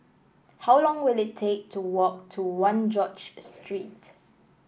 how long will it take to walk to One George Street